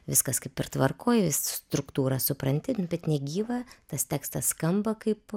viskas kaip ir tvarkoj struktūrą supranti bet negyva tas tekstas skamba kaip